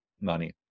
money